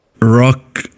rock